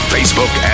Facebook